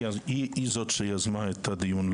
היא זאת שיזמה את הדיון,